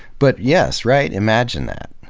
but, yes, right? imagine that.